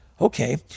okay